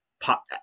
pop